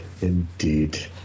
Indeed